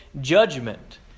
judgment